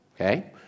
Okay